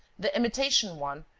the imitation one,